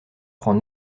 prend